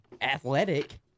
athletic